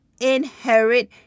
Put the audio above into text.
inherit